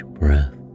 breath